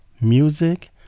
music